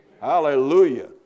Hallelujah